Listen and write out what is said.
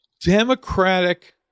Democratic